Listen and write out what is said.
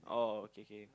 oh okay okay